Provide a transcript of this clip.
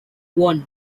one